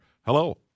Hello